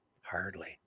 Hardly